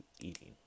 eating